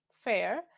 Fair